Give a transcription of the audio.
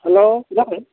hello কোনে ক'লে